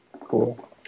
Cool